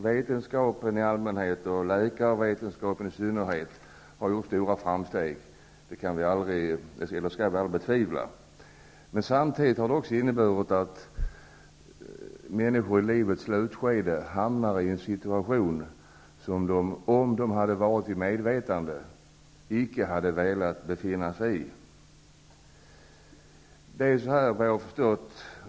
Vetenskapen i allmänhet och läkarvetenskapen i synnerhet har gjort stora framsteg -- det skall vi inte betvivla -- men samtidigt har det inneburit att människor i livets slutskede hamnar i en situation som de, om de hade varit vid medvetande, icke hade velat befinna sig i.